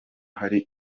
hari